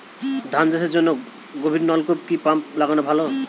ধান চাষের জন্য গভিরনলকুপ কি পাম্প লাগালে ভালো?